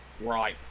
right